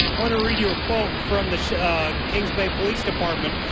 and read you a quote from the kings bay police department.